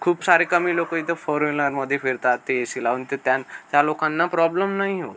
खूप सारे कमी लोकं इथं फोर वीलरमध्ये फिरतात ते ए सी लावून तर त्यां त्या लोकांना प्रॉब्लम नाही होत